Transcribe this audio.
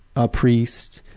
a priest,